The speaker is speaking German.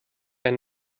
ein